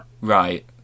Right